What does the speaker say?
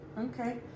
Okay